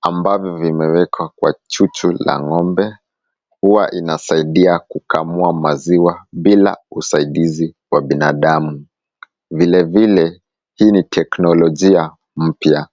ambavyo vimewekwa kwa chuchu la ngombe. Huwa inasaidia kukamua maziwa bila usaidizi wa binadamu. Vilevile, hii ni teknolojia mpya.